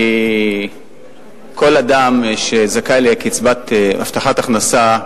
כי כל אדם שזכאי לקצבת הבטחת הכנסה,